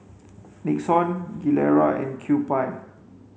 Nixon Gilera and Kewpie